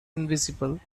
invisible